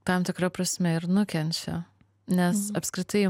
tam tikra prasme ir nukenčia nes apskritai